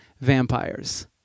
vampires